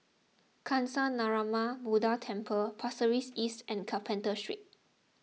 Kancanarama Buddha Temple Pasir Ris East and Carpenter Street